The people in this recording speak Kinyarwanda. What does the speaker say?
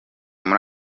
muri